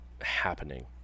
happening